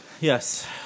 Yes